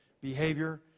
behavior